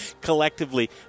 collectively